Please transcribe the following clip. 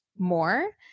more